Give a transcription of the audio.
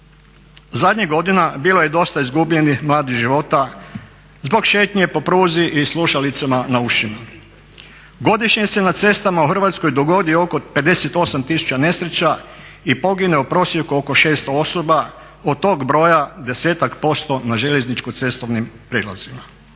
Zadnjih godina bilo je dosta izgubljenih mladih života zbog šetnje po pruzi i slušalicama na ušima. Godišnje se na cestama u Hrvatskoj dogodi oko 58 tisuća nesreća i pogine u prosjeku oko 600 osoba. Od tog broja 10-ak posto na željezničko-cestovnim prijelazima.